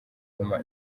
kuma